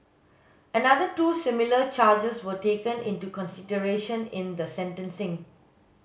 another two similar charges were taken into consideration in the sentencing